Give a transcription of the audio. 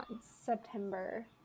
September